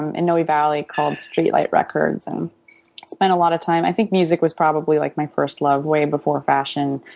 in noe valley called street light records. and spent a lot of time. i think music was probably like my first love way before fashion.